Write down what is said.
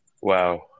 Wow